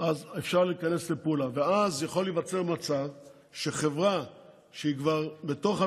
הודעה על החלטתו להתנתק